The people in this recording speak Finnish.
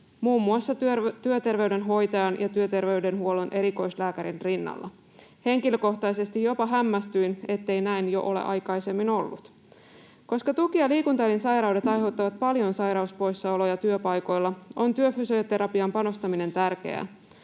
muun muassa työterveydenhoitajan ja työterveydenhuollon erikoislääkärin rinnalla. Henkilökohtaisesti jopa hämmästyin, ettei näin ole jo aikaisemmin ollut. Koska tuki- ja liikuntaelinsairaudet aiheuttavat paljon sairauspoissaoloja työpaikoilla, on työfysioterapiaan panostaminen tärkeää.